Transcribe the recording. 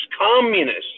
communists